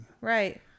Right